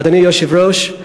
אדוני היושב-ראש,